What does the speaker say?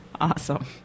awesome